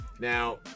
Now